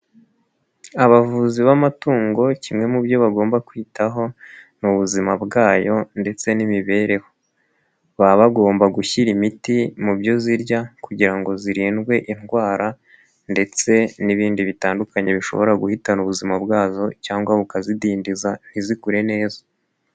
Abavuzi b'amatungo kimwe mu byo bagomba kwitaho nzima bwayo ndetse n'imibereho, baba bagomba gushyira imiti mu byo zirya kugira ngo zirindwe indwara ndetse n'ibindi bitandukanye bishobora guhitana ubuzima bwazo cyangwa bukazidindiza ntizikure neza.